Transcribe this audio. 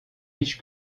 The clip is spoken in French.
riches